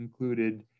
included